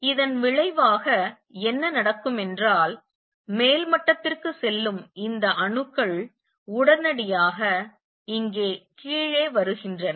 இதன் விளைவாக என்ன நடக்கும் என்றால் மேல் மட்டத்திற்கு செல்லும் இந்த அணுக்கள் உடனடியாக இங்கே கீழே வருகின்றன